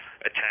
attack